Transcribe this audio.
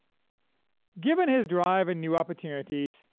given his drive and new opportunities,